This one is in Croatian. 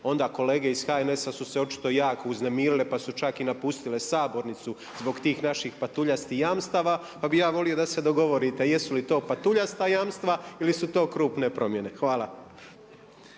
Onda kolege iz HNS-a su se očito jako uznemirile pa su čak i napustile sabornicu zbog tih naših patuljastih jamstava pa bih ja volio da se dogovorite jesu li to patuljasta jamstva ili su to krupne promjene. Hvala.